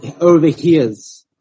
overhears